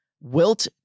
Wilt